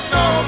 no